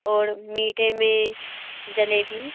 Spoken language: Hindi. और मीठे में जलेबी